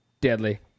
Deadly